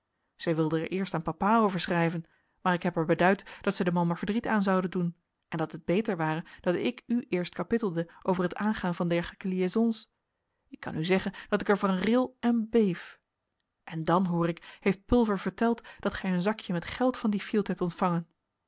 zij wilde er eerst aan papa over schrijven maar ik heb haar beduid dat zij den man maar verdriet aan zoude doen en dat het beter ware dat ik u eerst kapittelde over het aangaan van dergelijke liaisons ik kan u zeggen dat ik er van ril en beef en dan hoor ik heeft pulver verteld dat gij een zakje met geld van dien fielt hebt ontvangen